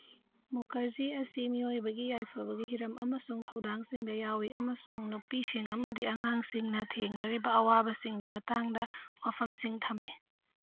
ꯃꯨꯈꯔꯖꯤ ꯑꯁꯤ ꯃꯤꯑꯣꯏꯕꯒꯤ ꯌꯥꯏꯐꯕꯒꯤ ꯍꯤꯔꯝ ꯑꯃꯁꯨꯡ ꯊꯧꯗꯥꯡꯁꯤꯡꯗ ꯌꯥꯎꯋꯤ ꯑꯃꯁꯨꯡ ꯅꯨꯄꯤꯁꯤꯡ ꯑꯃꯗꯤ ꯑꯉꯥꯡꯁꯤꯡꯅ ꯊꯦꯡꯅꯔꯤꯕ ꯑꯋꯥꯕꯁꯤꯡꯒꯤ ꯃꯇꯥꯡꯗ ꯋꯥꯐꯝꯁꯤꯡ ꯊꯝꯃꯤ